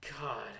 God